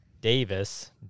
Davis